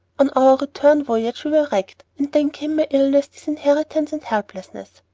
on our return voyage we were wrecked, and then came my illness, disinheritance, and helplessness.